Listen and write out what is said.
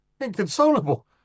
inconsolable